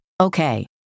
Okay